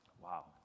Wow